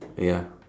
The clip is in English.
ya